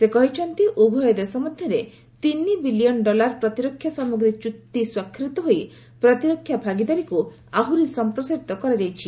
ସେ କହିଛନ୍ତି ଉଭୟ ଦେଶ ମଧ୍ୟରେ ତିନି ବିଲିୟନ୍ ଡଲାର ପ୍ରତିରକ୍ଷା ସାମଗ୍ରୀ ଚୁକ୍ତି ସ୍ୱାକ୍ଷରିତ ହୋଇ ପ୍ରତରକ୍ଷା ଭାଗିଦାରୀକୁ ଆହୁରି ସମ୍ପ୍ରସାରିତ କରାଯାଇଛି